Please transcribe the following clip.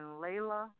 Layla